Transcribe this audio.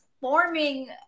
forming